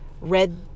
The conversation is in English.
red